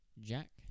Jack